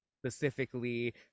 specifically